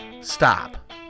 Stop